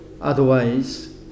otherwise